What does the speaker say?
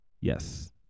yes